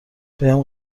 بهم